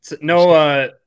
No